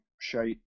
shite